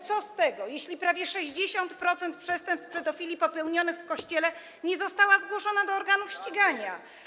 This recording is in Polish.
Co z tego, jeśli prawie 60% przestępstw pedofilii popełnionych w Kościele nie zostało zgłoszonych do organów ścigania?